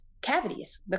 cavities